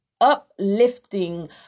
uplifting